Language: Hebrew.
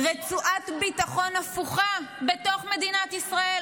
רצועת ביטחון הפוכה בתוך מדינת ישראל.